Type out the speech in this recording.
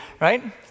right